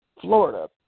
Florida